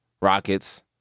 Rockets